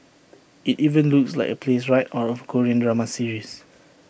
IT even looks like A place right out of Korean drama series